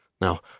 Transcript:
Now